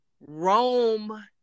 Rome